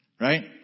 right